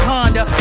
Honda